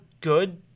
good